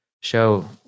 show